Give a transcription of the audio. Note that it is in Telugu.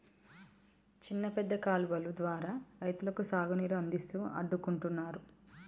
చిన్న పెద్ద కాలువలు ద్వారా రైతులకు సాగు నీరు అందిస్తూ అడ్డుకుంటున్నారు